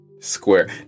square